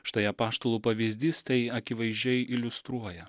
štai apaštalų pavyzdys tai akivaizdžiai iliustruoja